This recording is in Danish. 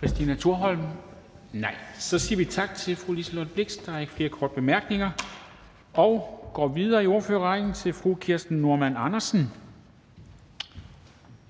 kort bemærkning? Nej. Så siger vi tak til fru Liselott Blixt. Der er ikke flere korte bemærkninger. Og vi går videre i ordførerrækken til fru Kirsten Normann Andersen,